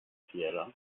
fiera